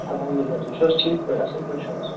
الحمدُاللہ تُہۍ چھِو حظ ٹھیٖک پٲٹھۍ اَصٕل پٲٹھۍ چھُو حظ